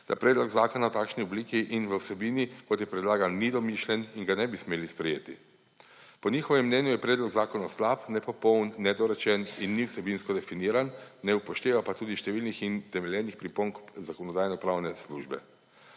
da predlog zakona v takšni obliki in v vsebini, kot je predlagan, ni domišljen in ga ne bi smeli sprejeti. Po njihovem mnenju je predlog zakona slab, nepopoln, nedorečen in ni vsebinsko definiran, ne upošteva pa tudi številnih utemeljenih pripomb Zakonodajno-pravne službe.